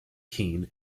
keen